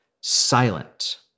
silent